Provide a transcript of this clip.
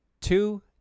two